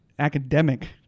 Academic